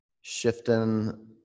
shifting